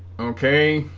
okay